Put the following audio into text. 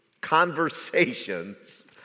conversations